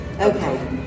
okay